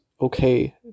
okay